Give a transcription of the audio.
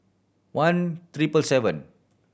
one triple seven